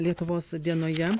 lietuvos dienoje